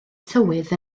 tywydd